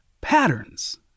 patterns